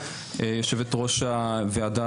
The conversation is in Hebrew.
יושבת-ראש הוועדה,